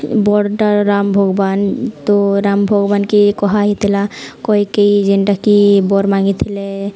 ବଡ଼ଟା ରାମ ଭଗବାନ ତୋ ରାମ ଭଗବାନ୍ କେ କୁହା ହେଇଥିଲା କୈକେଇ ଯେନ୍ଟାକି ବର୍ ମାଗିଥିଲେ